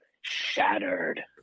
shattered